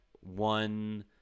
one